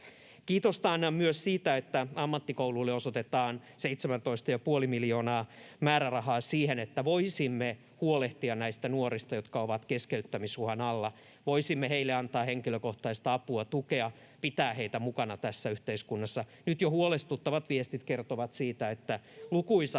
Kiitosta annan myös siitä, että ammattikouluille osoitetaan 17,5 miljoonaa euroa määrärahaa siihen, että voisimme huolehtia näistä nuorista, jotka ovat keskeyttämisuhan alla, voisimme heille antaa henkilökohtaista apua ja tukea ja pitää heitä mukana tässä yhteiskunnassa. Nyt jo huolestuttavat viestit kertovat siitä, että lukuisat